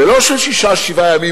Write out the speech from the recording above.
ולא של שישה-שבעה ימים,